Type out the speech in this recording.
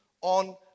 on